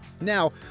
Now